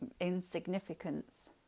insignificance